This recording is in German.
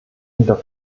hinter